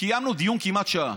וקיימנו דיון כמעט שעה,